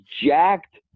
jacked